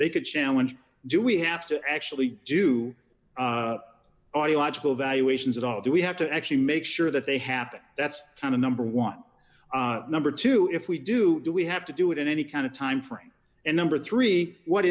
they could challenge do we have to actually do audiological evaluations at all do we have to actually make sure that they happen that's how the number want number two if we do do we have to do it in any kind of timeframe and number three what